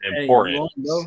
important